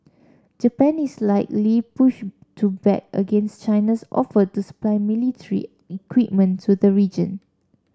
Japan is likely push to back against China's offer to supply military equipment to the region